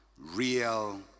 real